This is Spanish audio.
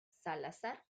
salazar